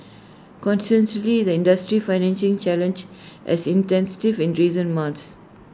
consequently the industry's financing challenges has intensified in recent months